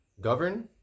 govern